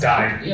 Died